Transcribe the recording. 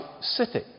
city